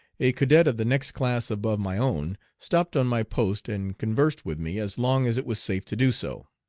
a cadet of the next class above my own stopped on my post and conversed with me as long as it was safe to do so.